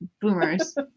boomers